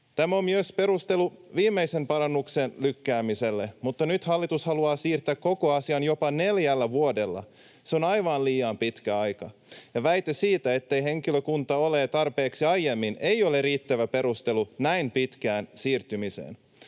Tämä on myös perustelu viimeisen parannuksen lykkäämiselle, mutta nyt hallitus haluaa siirtää koko asiaa jopa neljällä vuodella. Se on aivan liian pitkä aika, ja väite siitä, ettei henkilökuntaa ole tarpeeksi ennestään, ei ole riittävä perustelu näin pitkälle siirtämiselle.